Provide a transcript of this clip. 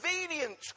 convenient